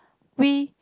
we